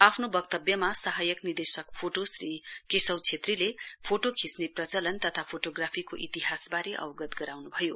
आफ्नो वक्तव्यमा सहायक निर्देशक फोटो श्री केशव छेत्रीले फोटो खिच्ने प्रचलनको नयाँ फोटोग्राफीको इतिहासबारे अवगत गराउनुभयो